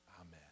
Amen